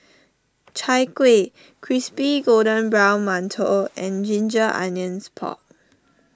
Chai Kueh Crispy Golden Brown Mantou and Ginger Onions Pork